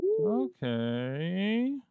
Okay